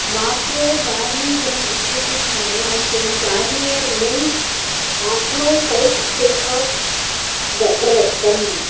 Mapro barley जलम् इत्यस्य स्थाने मह्यं Garnier men acno fight face wash द प्रदत्तम्